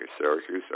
Syracuse